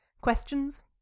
Questions